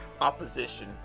opposition